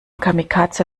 kamikaze